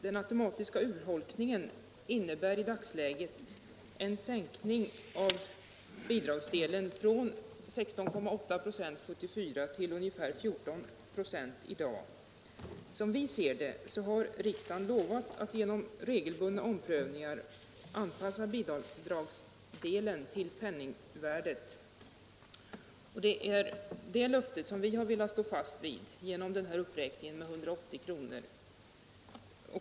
Den automatiska urholkningen innebär i dagsläget en sänkning av bidragsdelen från 16,8 96 1974 till ungefär 14 96 i dag. Som vi ser det har riksdagen lovat att genom regelbundna omprövningar anpassa bidragsdelen till penningvärdet, och det är det löftet som vi har velat stå fast vid genom denna uppräkning med 180 kr.